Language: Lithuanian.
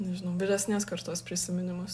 nežinau vyresnės kartos prisiminimus